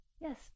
Yes